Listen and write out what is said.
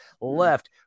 left